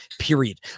Period